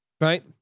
Right